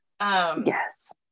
Yes